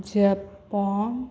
Japan